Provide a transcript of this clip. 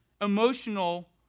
emotional